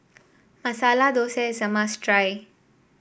Masala Thosai is a must try